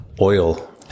oil